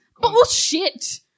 Bullshit